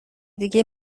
دیگه